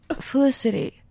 felicity